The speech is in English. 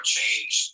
change